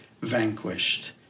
vanquished